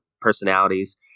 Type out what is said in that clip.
personalities